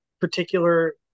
particular